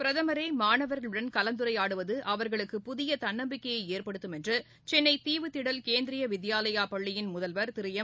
பிரதமரே மாணவர்களுடன் கலந்துரையாடுவது அவர்களுக்கு புதிய தன்னம்பிக்கை ஏற்படுத்தும் என்று சென்னை தீவுத்திடல் கேந்திரிய வித்பாலயா பள்ளியின் முதல்வர் திரு எம்